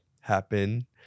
happen